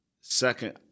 second